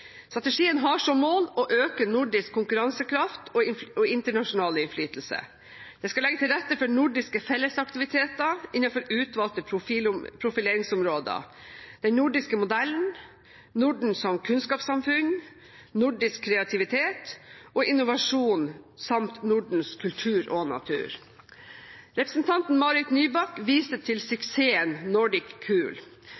Strategien har som mål å øke nordisk konkurransekraft og internasjonal innflytelse. Den skal legge til rette for nordiske fellesaktiviteter innenfor utvalgte profileringsområder: den nordiske modellen, Norden som kunnskapssamfunn, nordisk kreativitet og innovasjon samt Nordens kultur og natur. Representanten Marit Nybakk viste til suksessen Nordic